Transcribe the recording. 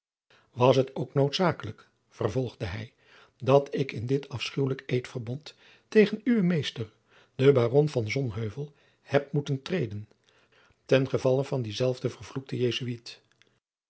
was het ook noodzakelijkheid vervolgde hij dat ik in dit afschuwelijk eedverbond tegen uwen meester den baron van sonheuvel heb moeten treden ten gevalle van dienzelfden vervloekten jesuit